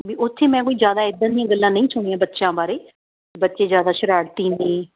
ਵੀ ਉਥੇ ਮੈਂ ਕੋਈ ਜਿਆਦਾ ਇਧਰ ਦੀਆਂ ਗੱਲਾਂ ਨਹੀਂ ਸੁਣੀਆਂ ਬੱਚਿਆਂ ਬਾਰੇ ਬੱਚੇ ਜਿਆਦਾ ਸ਼ਰਾਰਤੀ ਨੇ